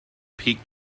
peak